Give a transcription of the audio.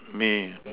may